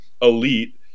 elite